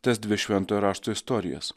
tas dvi šventojo rašto istorijas